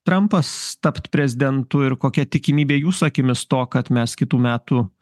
trampas tapt prezidentu ir kokia tikimybė jūsų akimis to kad mes kitų metų